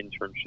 internship